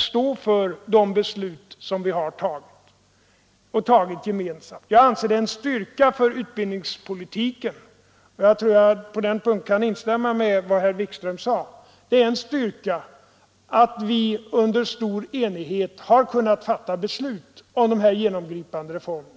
stå för beslut vi gemensamt har fattat. Jag anser att det är en styrka för utbildningspolitiken — på den punkten kan jag instämma i vad herr Wikström sade — att vi under stor enighet kunnat fatta beslut om dessa genomgripande reformer.